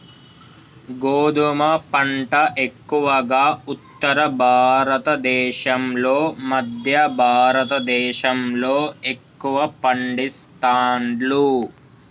గోధుమ పంట ఎక్కువగా ఉత్తర భారత దేశం లో మధ్య భారత దేశం లో ఎక్కువ పండిస్తాండ్లు